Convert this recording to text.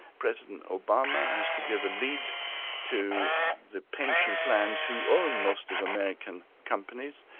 president obama has to give a lead to the pension plans who own most of american companies,